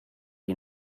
you